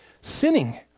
sinning